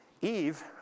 Eve